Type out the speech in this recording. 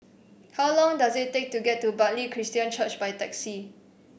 how long does it take to get to Bartley Christian Church by taxi